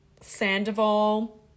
Sandoval